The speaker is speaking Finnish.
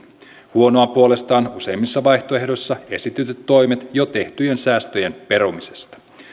huonoa puolestaan useimmissa vaihtoehdoissa esitetyt toimet jo tehtyjen säästöjen perumiseksi